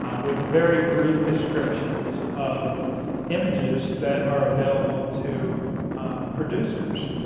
with very brief descriptions of images that are available to producers.